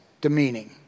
demeaning